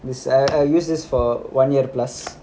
this err used this for one year plus